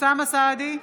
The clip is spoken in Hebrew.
אוסאמה סעדי,